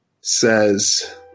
says